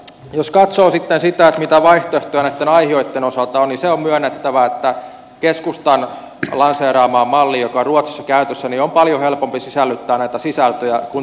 jos katsoo sitten sitä mitä vaihtoehtoja näitten aihioitten osalta on niin se on myönnettävä että keskustan lanseeraamaan malliin joka on ruotsissa käytössä on paljon helpompi sisällyttää näitä sisältöjä kuin tähän hallituksen sekamelskamalliin